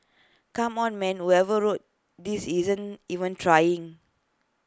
come on man whoever wrote this isn't even trying